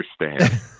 understand